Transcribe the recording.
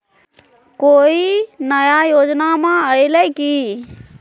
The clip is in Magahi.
कोइ नया योजनामा आइले की?